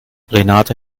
renate